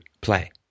play